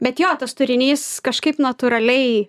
bet jo tas turinys kažkaip natūraliai